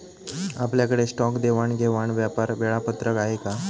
आपल्याकडे स्टॉक देवाणघेवाण व्यापार वेळापत्रक आहे का?